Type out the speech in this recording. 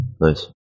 Nice